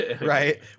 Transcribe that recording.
right